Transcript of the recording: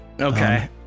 Okay